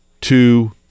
two